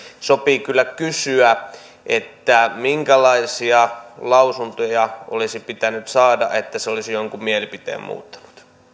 sopii kyllä kysyä minkälaisia lausuntoja olisi pitänyt saada että se olisi jonkun mielipiteen muuttanut